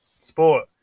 Sport